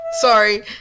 Sorry